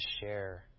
share